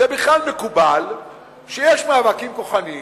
זה בכלל מקובל שיש מאבקים כוחניים.